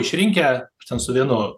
išrinkę aš ten su vienu